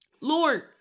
Lord